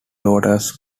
daughters